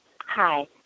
Hi